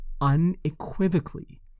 unequivocally